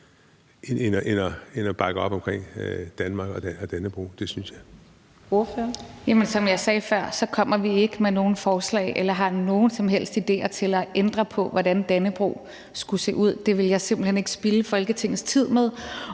næstformand (Karina Adsbøl): Ordføreren. Kl. 10:48 Rosa Lund (EL): Som jeg sagde før, kommer vi ikke med nogen forslag eller har nogen som helst idéer til at ændre på, hvordan Dannebrog skulle se ud. Det vil jeg simpelt hen ikke spilde Folketingets tid med,